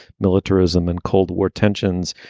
militarism and cold war tensions.